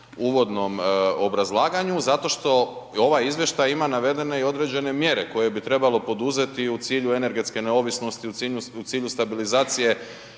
uvodnom obrazlaganju, zato što ovaj izvještaj ima navedene i određene mjere koje bi trebalo poduzeti u cilju energetske neovisnosti, u cilju stabilizacije,